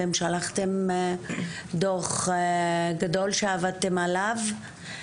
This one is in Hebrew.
אתם שלחתם דו"ח גדול שעבדתם עליו.